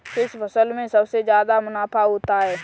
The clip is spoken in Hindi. किस फसल में सबसे जादा मुनाफा होता है?